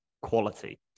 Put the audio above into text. quality